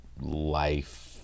life